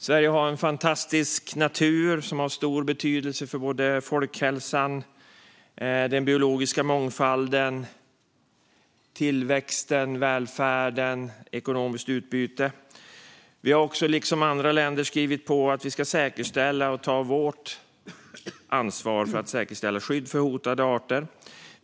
Sverige har en fantastisk natur som har stor betydelse för folkhälsan, den biologiska mångfalden, tillväxten, välfärden och det ekonomiska utbytet. Vi har också liksom andra länder skrivit på att vi ska ta vårt ansvar för att säkerställa skydd för hotade arter.